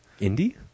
Indie